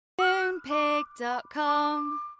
Moonpig.com